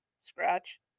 scratch